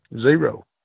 Zero